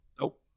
Nope